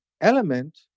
element